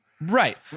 Right